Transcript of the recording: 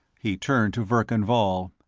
he turned to verkan vall.